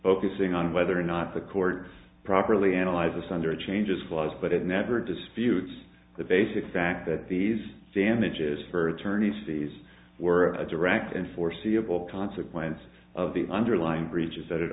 focusing on whether or not the court properly analyze asunder changes flaws but it never disputes the basic fact that these damages for attorney's fees were a direct and foreseeable consequence of the underlying breaches that had